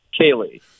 Kaylee